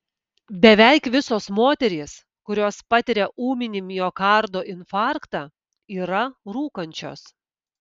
beveik visos moterys kurios patiria ūminį miokardo infarktą yra rūkančios